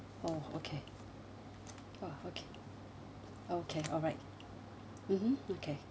oh okay ah okay okay alright mmhmm okay